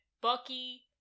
bucky